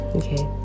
okay